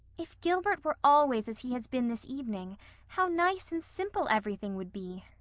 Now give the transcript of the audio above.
if gilbert were always as he has been this evening how nice and simple everything would be,